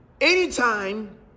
Anytime